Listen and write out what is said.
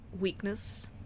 weakness